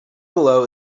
below